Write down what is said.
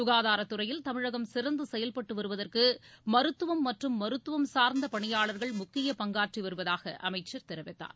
சுகாராத்துறையில் தமிழகம் சிறந்து செயல்பட்டு வருவதற்கு மருத்துவம் மற்றும் மருத்துவம் சார்ந்த பணியாளர்கள் முக்கிய பங்காற்றி வருவதாக அமைச்சர் தெரிவித்தார்